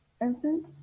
Infants